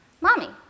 Mommy